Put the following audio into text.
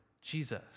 Jesus